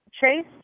Chase